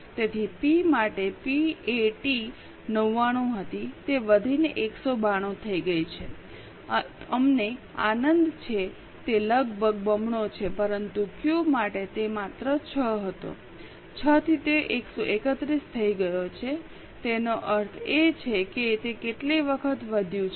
તેથી પી માટે પીએટી 99 હતી તે વધીને 192 થઈ ગઈ છે અમને આનંદ છે તે લગભગ બમણો છે પરંતુ ક્યૂ માટે તે માત્ર 6 હતો 6 થી તે 131 થઈ ગયો છે તેનો અર્થ એ છે કે તે કેટલી વખત વધ્યું છે